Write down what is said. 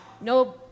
no